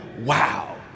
wow